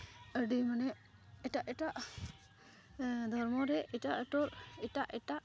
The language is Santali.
ᱟᱹᱰᱤ ᱢᱟᱱᱮ ᱮᱴᱟᱜ ᱮᱴᱟᱜ ᱫᱷᱚᱨᱢᱚ ᱨᱮ ᱮᱴᱟᱜ ᱮᱴᱟᱜ